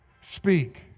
speak